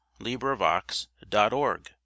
LibriVox.org